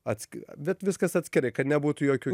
atski bet viskas atskirai kad nebūtų jokių